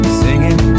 singing